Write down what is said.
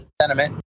sentiment